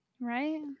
Right